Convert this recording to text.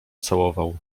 całował